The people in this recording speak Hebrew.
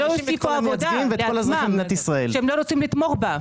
שלא יוסיפו עבודה לעצמם שהם לא רוצים לתמוך בה.